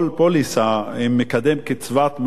לא נוכל לרכוש מחברות הביטוח פוליסות עם מקדם קצבה מובטח.